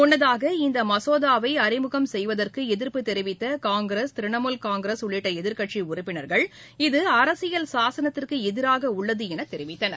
முன்னதாக இந்த மசோதாவை அறிமுகம் செய்வதற்கு எதிா்ப்பு தெரிவித்த காங்கிரஸ் திரிணமூல் னாங்கிரஸ் உள்ளிட்ட எதிர்க்கட்சி உறுப்பினர்கள் இது அரசியல் சாசனத்திற்கு எதிராக உள்ளது என தெரிவித்தனர்